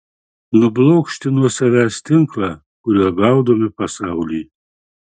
nublokšti nuo savęs tinklą kuriuo gaudome pasaulį